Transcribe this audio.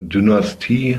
dynastie